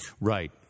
Right